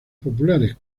populares